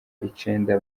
icenda